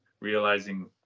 realizing